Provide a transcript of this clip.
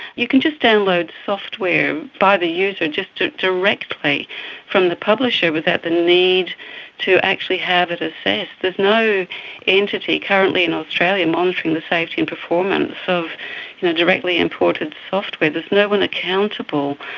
you can just download software by the user just directly from the publisher without the need to actually have it assessed. there's no entity currently in australia monitoring the safety and performance of you know directly imported software, there's no one accountable.